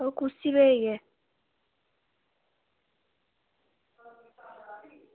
बाऽ कुसी होई एह्